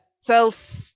Self